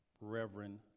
Reverend